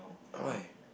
why